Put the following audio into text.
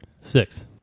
Six